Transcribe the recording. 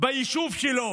ביישוב שלו.